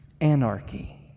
anarchy